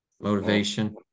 motivation